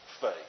faith